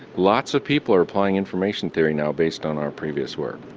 lots of people are applying information theory now based on our previous work.